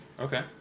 Okay